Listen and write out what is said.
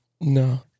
No